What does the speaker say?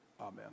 amen